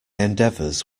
endeavours